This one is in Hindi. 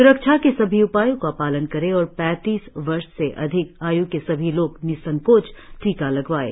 सुरक्षा के सभी उपायों का पालन करें और पैतालीस वर्ष से अधिक आय के सभी लोग निसंकोच टीका लगवाएं